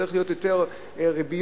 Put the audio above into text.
שצריכות להיות יותר ריביות,